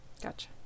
Gotcha